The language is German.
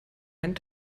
einen